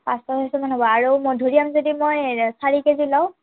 পাঁচশ ছয়শমান হ'ব আৰু মধুৰিআম যদি মই চাৰি কেজি লওঁ